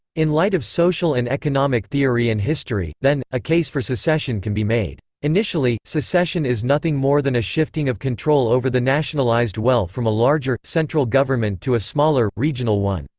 in light of social and economic theory and history, then, a case for secession can be made. initially, secession is nothing more than a shifting of control over the nationalized wealth from a larger, central government to a smaller, regional one.